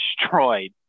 destroyed